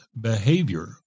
behavior